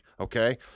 okay